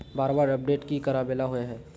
बार बार अपडेट की कराबेला होय है?